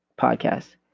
podcast